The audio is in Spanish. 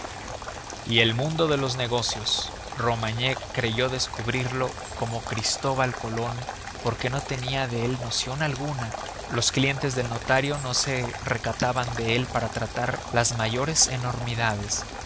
y el mundo de los negocios romagné creyó descubrirlo como cristóbal colón porque no tenía de él noción alguna los clientes del notario no se recataban de él para tratar las mayores enormidades